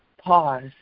pause